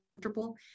comfortable